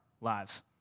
lives